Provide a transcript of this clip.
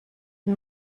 der